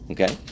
Okay